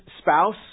spouse